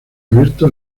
abierto